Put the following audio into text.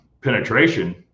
penetration